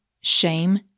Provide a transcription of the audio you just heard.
shame